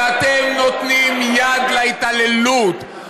ואתם נותנים יד להתעללות.